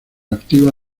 activa